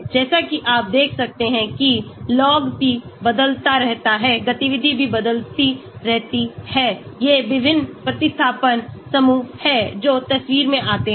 जैसा कि आप देख सकते हैं कि log p बदलता रहता है गतिविधि भी बदलती रहती है ये विभिन्न प्रतिस्थापन समूह हैं जो तस्वीर में आते हैं